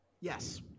Yes